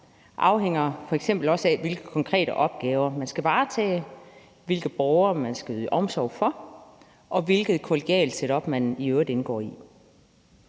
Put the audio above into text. afhænger f.eks. også af, hvilke konkrete opgaver man skal varetage, hvilke borgere man skal yde omsorg for, og hvilket kollegialt setup man i øvrigt indgår i.